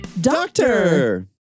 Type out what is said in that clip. Doctor